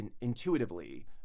intuitively